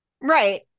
right